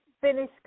finish